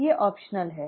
ये वैकल्पिक हैं